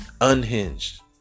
Unhinged